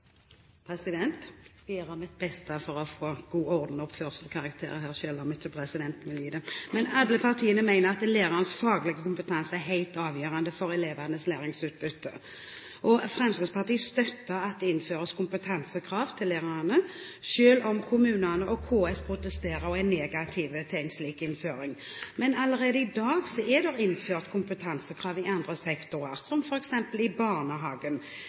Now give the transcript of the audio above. Jeg skal gjøre mitt beste for å få gode ordens- og oppførselskarakterer, selv om presidenten ikke gir det. Alle partier mener at lærernes faglige kompetanse er helt avgjørende for elevenes læringsutbytte. Fremskrittspartiet støtter at det innføres kompetansekrav til lærerne, selv om kommunene og KS protesterer og er negative til en slik innføring. Men allerede i dag er det innført kompetansekrav i andre sektorer, f.eks. i barnehagen,